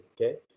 okay